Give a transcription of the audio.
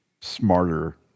smarter